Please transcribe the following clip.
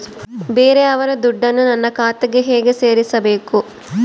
ಬೇರೆಯವರ ದುಡ್ಡನ್ನು ನನ್ನ ಖಾತೆಗೆ ಹೇಗೆ ಸೇರಿಸಬೇಕು?